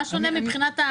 מה השוני?